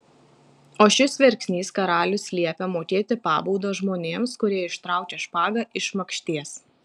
o šis verksnys karalius liepia mokėti pabaudą žmonėms kurie ištraukia špagą iš makšties